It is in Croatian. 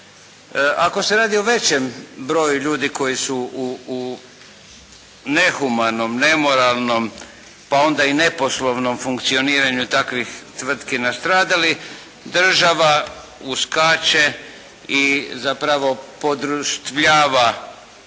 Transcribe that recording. Ako se radi o većem broju ljudi koji su u nehumanom, nemoralnom, pa onda i neposlovnom funkcioniranju takvih tvrtki nastradali, država uskače i zapravo podruštvljava